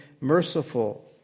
merciful